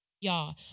Y'all